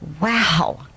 wow